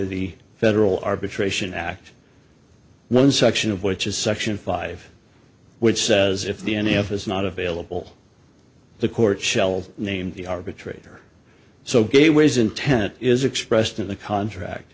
the federal arbitration act one section of which is section five which says if the n f is not available the court shall name the arbitrator so gateways intent is expressed in the contract